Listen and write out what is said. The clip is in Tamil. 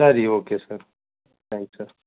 சரி ஓகே சார் தேங்க்ஸ் சார்